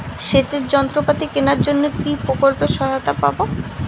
সেচের যন্ত্রপাতি কেনার জন্য কি প্রকল্পে সহায়তা পাব?